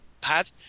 pad